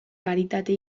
karitate